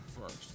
first